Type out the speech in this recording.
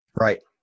Right